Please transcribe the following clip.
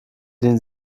den